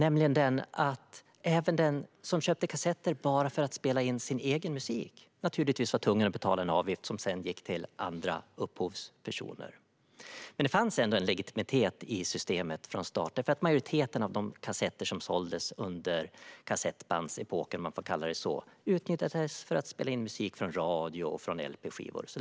Även den som köpte kassetter bara för att spela in sin egen musik var nämligen tvungen att betala en avgift, som sedan gick till andra upphovspersoner. Det fanns dock en legitimitet i systemet från start eftersom majoriteten av de kassetter som såldes under kassettbandsepoken, om man får kalla den det, utnyttjades för att spela in musik från radio och lp-skivor.